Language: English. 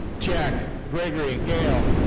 jack gregory gehl.